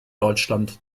deutschland